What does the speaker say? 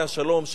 עליה השלום,